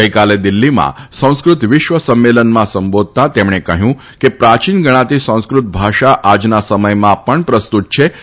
ગઈકાલે દિલ્ફીમાં સંસ્કૃત વિશ્વ સંમેલનમાં સંબોધતા તેમણે કહ્યું કે પ્રાચીન ગણાતી સંસ્કૃત ભાષા આજના સમયમાં પણ પ્રસ્તૃત છે અને ઉપયોગી છે